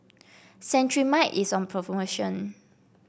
Cetrimide is on promotion